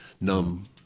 Numb